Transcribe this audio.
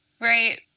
Right